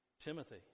Timothy